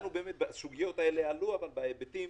הסוגיות הללו עלו, אבל בהיבטים